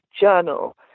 journal